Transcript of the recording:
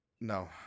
no